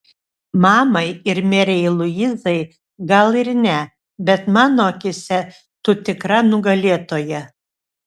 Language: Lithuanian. mamai ir merei luizai gal ir ne bet mano akyse tu tikra nugalėtoja